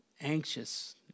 anxious